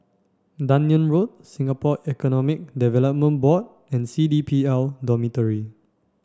Dunearn Road Singapore Economic Development Board and C D P L Dormitory